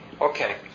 Okay